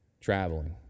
traveling